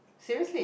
seriously